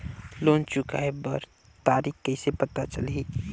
Loan चुकाय कर तारीक कइसे पता चलही?